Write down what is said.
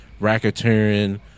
racketeering